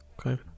Okay